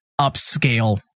upscale